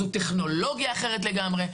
זו טכנולוגיה אחרת לגמרי.